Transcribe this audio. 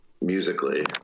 musically